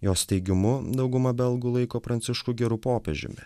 jos teigimu dauguma belgų laiko pranciškų geru popiežiumi